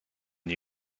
new